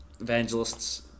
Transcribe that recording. evangelists